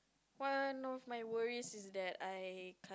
one of my worries is that I